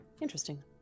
Interesting